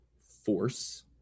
force